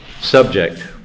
subject